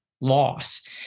loss